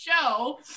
show